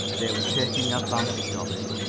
they were taking advantage of it.